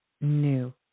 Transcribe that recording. new